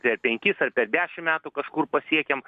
per penkis ar per dešim metų kažkur pasiekiam